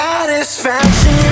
Satisfaction